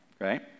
right